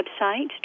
website